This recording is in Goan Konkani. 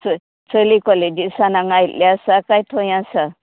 च चली कॉलेजींसान हांगा आयिल्लें आसा कांय थंय आसा